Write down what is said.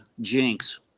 jinx